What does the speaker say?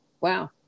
Wow